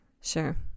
Sure